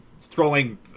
throwing